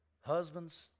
Husbands